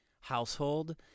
household